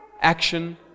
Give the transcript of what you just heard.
action